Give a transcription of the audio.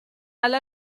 alla